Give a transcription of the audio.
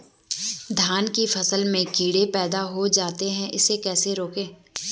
धान की फसल में टिड्डे पैदा हो जाते हैं इसे कैसे रोकें?